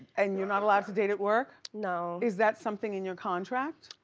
and you're not allowed to date at work? no. is that something in your contract?